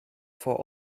for